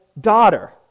daughter